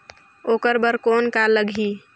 ओकर बर कौन का लगी?